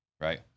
right